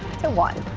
the one.